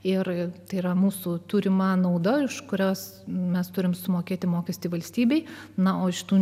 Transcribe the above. ir tai yra mūsų turima nauda iš kurios mes turime sumokėti mokestį valstybei na o iš tų